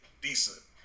decent